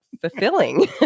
fulfilling